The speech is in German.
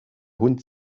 hund